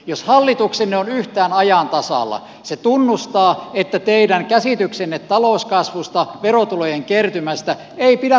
jos hallituksenne on yhtään ajan tasalla se tunnustaa että teidän käsityksenne talouskasvusta verotulojen kertymästä ei pidä paikkaansa